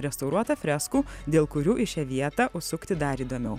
restauruota freskų dėl kurių į šią vietą užsukti dar įdomiau